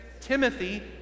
Timothy